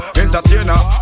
entertainer